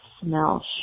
smell